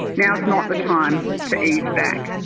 now is not the time to ease back.